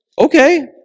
Okay